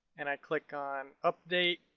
and i click on update.